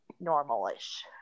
normal-ish